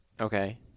Okay